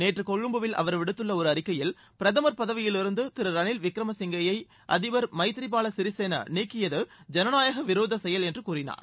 நேற்று கொழும்புவில் அவர் விடுத்துள்ள ஒரு அறிக்கையில் பிரதமர் பதவியிலிருந்து திரு ரணில் விக்ரம் சீங்கே யை அதிபர் மைத்றிபால சிறிசேனா நீக்கியது ஜனநாயக விரோத செயல் என்று கூறினார்